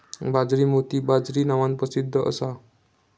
बाजरी मोती बाजरी नावान प्रसिध्द असा